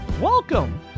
Welcome